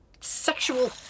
sexual